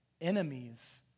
Enemies